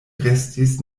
restis